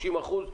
30 אחוזים,